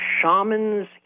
shamans